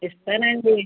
ఇస్తాను అండి